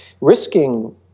risking